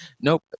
nope